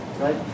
right